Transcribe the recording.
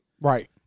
Right